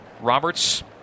Roberts